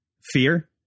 fear